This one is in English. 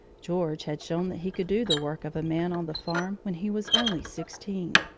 george had shown that he could do the work of a man on the farm when he was only sixteen.